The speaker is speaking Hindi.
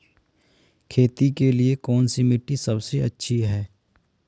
खेती के लिए कौन सी मिट्टी सबसे अच्छी है?